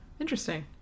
interesting